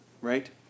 right